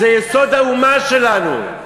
זה יסוד האומה שלנו.